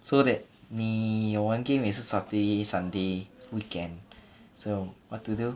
so that 你有玩 game 也是 saturday sunday weekend so what to do